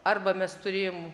arba mes turėjom